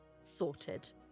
sorted